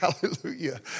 Hallelujah